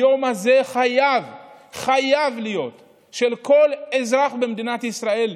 היום הזה חייב להיות של כל אזרח במדינת ישראל,